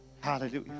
Hallelujah